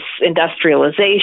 industrialization